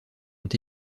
ont